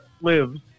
lives